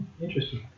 Interesting